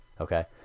Okay